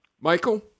Michael